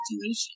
situation